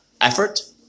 effort